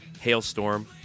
Hailstorm